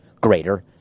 greater